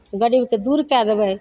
गरीबके दूर कए देबय